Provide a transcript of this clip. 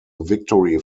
victory